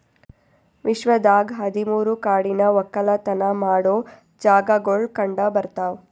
ವಿಶ್ವದಾಗ್ ಹದಿ ಮೂರು ಕಾಡಿನ ಒಕ್ಕಲತನ ಮಾಡೋ ಜಾಗಾಗೊಳ್ ಕಂಡ ಬರ್ತಾವ್